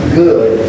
good